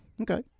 Okay